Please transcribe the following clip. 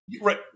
Right